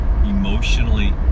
emotionally